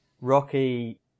Rocky